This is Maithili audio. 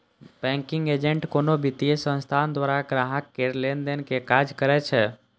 बैंकिंग एजेंट कोनो वित्तीय संस्थान द्वारा ग्राहक केर लेनदेन के काज करै छै